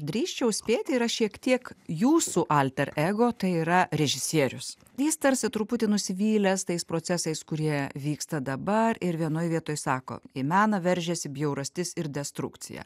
drįsčiau spėti yra šiek tiek jūsų alter ego tai yra režisierius jis tarsi truputį nusivylęs tais procesais kurie vyksta dabar ir vienoj vietoj sako į meną veržiasi bjaurastis ir destrukcija